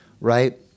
Right